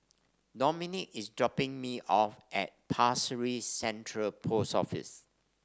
Dominik is dropping me off at Pasir Ris Central Post Office